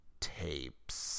tapes